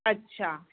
ਅੱਛਾ